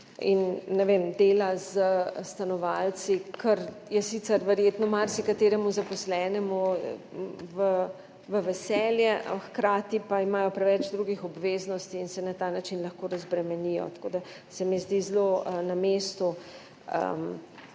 dela s stanovalci, kar je sicer verjetno marsikateremu zaposlenemu v veselje, a hkrati pa imajo preveč drugih obveznosti in se na ta način lahko razbremenijo. Tako da se mi zdi zelo na mestu